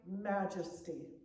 majesty